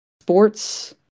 Sports